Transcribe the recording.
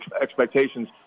expectations